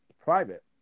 private